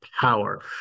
power